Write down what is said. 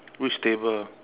which table